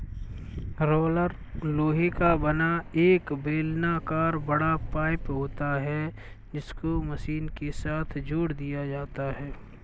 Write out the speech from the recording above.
roller लोहे का बना एक बेलनाकर बड़ा पाइप होता है जिसको मशीन के साथ जोड़ दिया जाता है